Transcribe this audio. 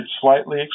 slightly